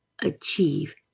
achieve